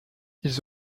ils